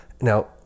Now